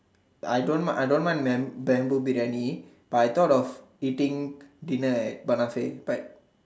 I don't I don't want bam~ bamboo Biryani but I thought of eating dinner at Banafe